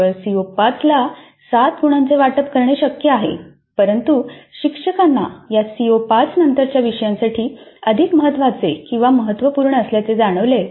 केवळ सीओ 5 ला 7 गुणांचे वाटप करणे शक्य आहे परंतु शिक्षकांना या सीओ 5 नंतरच्या विषयांसाठी अधिक महत्वाचे किंवा महत्त्वपूर्ण असल्याचे जाणवले